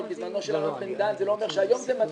בזמנו של הרב בן דהן זה לא אומר שהיום זה מתאים.